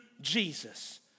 Jesus